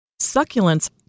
Succulents